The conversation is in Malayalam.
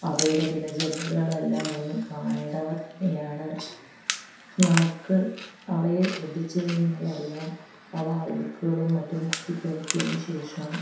അവയുടെ ദിനചര്യകൾ എല്ലാം ഒന്ന് കാണേണ്ടവ തന്നെയാണ് നമുക്ക് അവയെ ശ്രദ്ധിച്ച് കഴിഞ്ഞാലറിയാം അവ അഴുക്കുകളും മറ്റും കൊത്തിപ്പെറുക്കിയതിന് ശേഷം